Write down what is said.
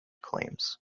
claims